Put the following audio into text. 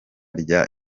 rya